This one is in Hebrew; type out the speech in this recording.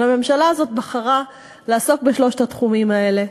אבל הממשלה הזאת בחרה לעסוק בשלושת התחומים האלה,